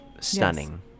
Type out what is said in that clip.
Stunning